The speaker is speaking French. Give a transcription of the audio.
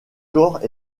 corps